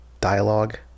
dialogue